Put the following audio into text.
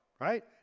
right